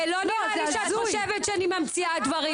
נראה לי שאת חושבת שאני ממציאה דברים